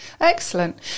excellent